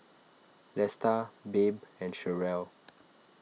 Lesta Babe and Cherelle